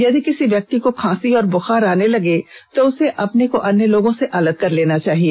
यदि किसी व्यक्ति को खांसी और बुखार आने लगे तो उसे अपने को अन्य लोगों से अलग कर लेना चाहिए